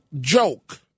joke